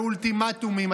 באולטימטומים.